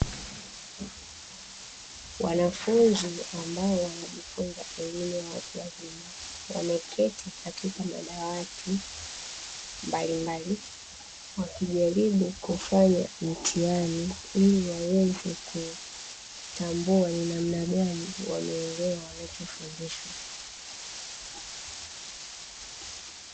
Wanafunzi ambao wanajifunza elimu ya watu wazima wameketi katika madawati mbalimbali wakijaribu kufanya mtihani ili waweze kutambua ni namna gani wameelewa wanachofundishwa.